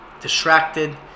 distracted